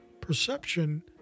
perception